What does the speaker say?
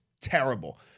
terrible